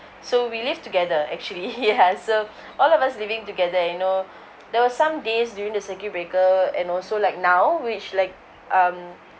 so we live together actually ya so all of us living together you know there was some days during the circuit breaker and also like now which like um